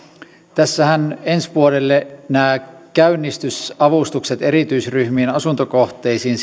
tässähän ensi vuodelle näissä käynnistysavustuksissa erityisryhmien asuntokohteisiin